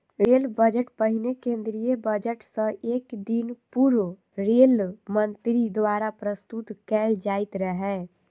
rail budget पहिने केंद्रीय budget सं एक दिन पूर्व रेल मंत्री द्वारा प्रस्तुत कैल जाइत रहै